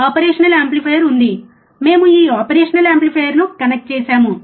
operational amplifier ఉంది మేము ఈ ఆపరేషనల్ యాంప్లిఫైయర్ను కనెక్ట్ చేసాము